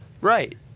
right